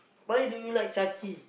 why do you like Chucky